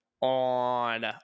on